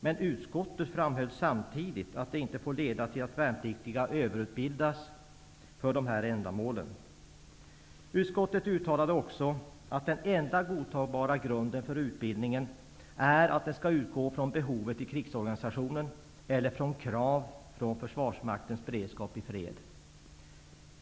Men utskottet framhöll samtidigt att det inte får leda till att värnpliktiga överutbildas för dessa ändamål. Utskottet uttalade också att den enda godtagbara grunden för utbildningen är att den skall utgå från behovet i krigsorganisationen eller från krav från försvarsmaktens beredskap i fred.